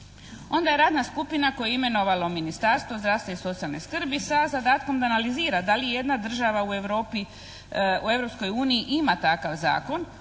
Onda je radna skupina koju je imenovalo Ministarstvo zdravstva i socijalne skrbi sa zadatkom da analizira da li ijedna država u Europi, u Europskoj uniji ima takav zakon